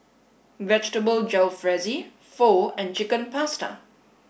Vegetable Jalfrezi Pho and Chicken Pasta